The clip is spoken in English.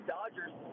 Dodgers